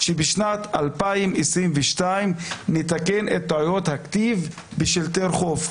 שבשנת 2022 נתקן את טעויות הכתיב בשלטי הרחוב.